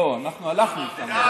לא, אנחנו הלכנו איתם.